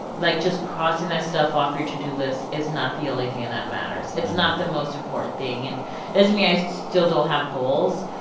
like, just crossing that stuff off your to do list is not the only thing and that matters. it's not the most important thing. and doesn't mean i still don't have goals.